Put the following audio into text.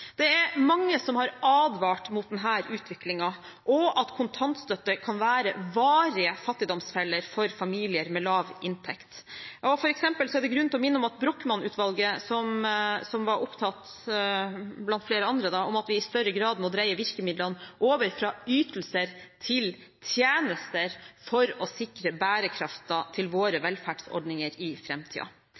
Det er mange som har advart mot denne utviklingen, og at kontantstøtte kan være varige fattigdomsfeller for familier med lav inntekt. For eksempel er det grunn til å minne om Brochmann-utvalget, som var opptatt av – blant flere andre – at vi i større grad må dreie virkemidlene over fra ytelser til tjenester for å sikre bærekraften til våre velferdsordninger i